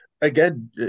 Again